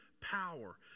power